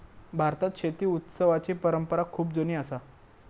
भारतात शेती उत्सवाची परंपरा खूप जुनी असा